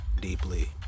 deeply